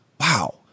Wow